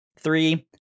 three